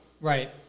Right